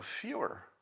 fewer